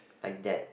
like that